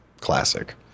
classic